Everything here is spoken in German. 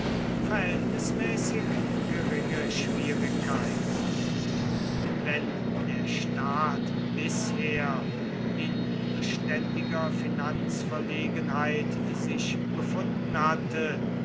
verhältnismäßig geringe schwierigkeit wenn der staat bisher in beständiger finanzverlegenheit sich befunden hatte